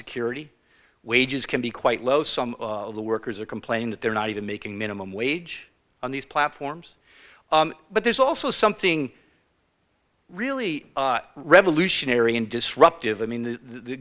security wages can be quite low some of the workers are complaining that they're not even making minimum wage on these platforms but there's also something really revolutionary and disruptive i mean the